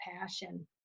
passion